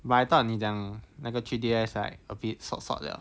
but I thought 你讲那个 P D S right a bit sot sot liao